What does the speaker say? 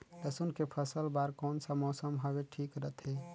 लसुन के फसल बार कोन सा मौसम हवे ठीक रथे?